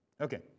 Okay